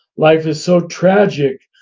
life is so tragic,